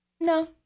No